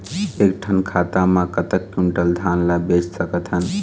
एक ठन खाता मा कतक क्विंटल धान ला बेच सकथन?